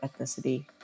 ethnicity